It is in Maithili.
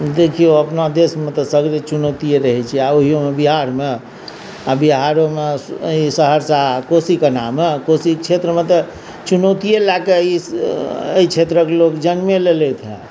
देखियौ अपना देशमे तऽ सभ दिन चुनौतियै रहैत छै आ ओहिओमे बिहारमे आ बिहारोमे ई सहरसा कोशी कन्हामे कोसी क्षेत्रमे तऽ चुनोतिए लए कऽ ई एहि क्षेत्रके लोक जन्मे लेलथि हे